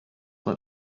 let